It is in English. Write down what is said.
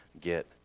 get